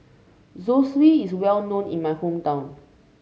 zosui is well known in my hometown